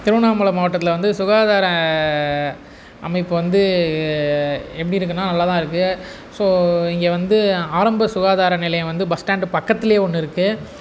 திருவண்ணாமலை மாவட்டத்தில் வந்து சுகாதார அமைப்பு வந்து எப்படி இருக்குதுன்னா நல்லா தான் இருக்குது ஸோ இங்கே வந்து ஆரம்ப சுகாதார நிலையம் வந்து பஸ் ஸ்டாண்ட் பக்கத்திலயே ஒன்று இருக்குது